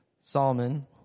Solomon